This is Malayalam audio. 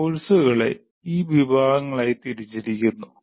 കോഴ്സുകളെ ഈ വിഭാഗങ്ങളായി തിരിച്ചിരിക്കുന്നു